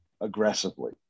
aggressively